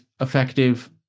effective